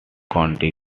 county